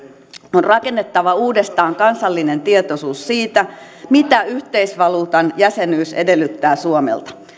on rakennettava uudestaan kansallinen tietoisuus siitä mitä yhteisvaluutan jäsenyys edellyttää suomelta